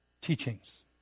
teachings